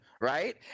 right